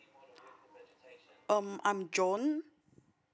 um I'm john